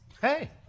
hey